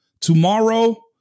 Tomorrow